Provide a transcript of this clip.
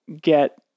get